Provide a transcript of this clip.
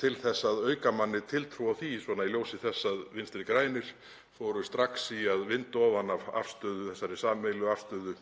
til þess að auka manni tiltrú á því, svona í ljósi þess að Vinstri græn fóru strax í að vinda ofan af þessari sameiginlegu afstöðu